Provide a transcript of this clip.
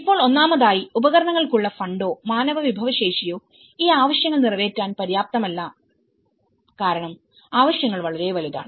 ഇപ്പോൾ ഒന്നാമതായി ഉപകരണങ്ങൾക്കുള്ള ഫണ്ടോ മാനവ വിഭവശേഷിയോ ഈ ആവശ്യങ്ങൾ നിറവേറ്റാൻ പര്യാപ്തമല്ല കാരണം ആവശ്യങ്ങൾ വളരെ വലുതാണ്